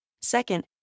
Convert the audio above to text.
Second